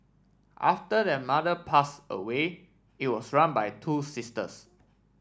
after their mother pass away it was run by two sisters